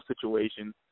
situation